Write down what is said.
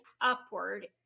upward